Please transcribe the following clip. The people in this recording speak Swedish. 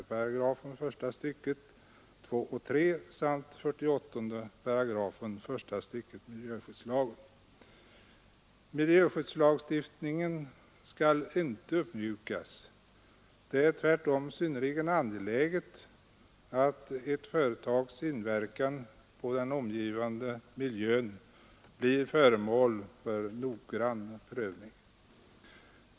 Miljöskyddslagstiftningen skall inte uppmjukas. Det är tvärtom synnerligen angeläget att ett företags inverkan på den omgivande miljön blir föremål för noggrann prövning.